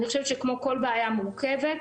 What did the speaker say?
אני חושבת שכמו כל בעיה מורכבת,